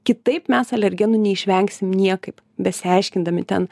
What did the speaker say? kitaip mes alergenų neišvengsim niekaip besiaiškindami ten